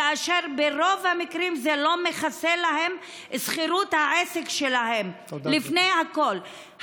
כאשר ברוב המקרים זה לא מכסה להם את שכירות העסק שלהם לפני הכול.